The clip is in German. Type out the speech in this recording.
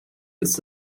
ist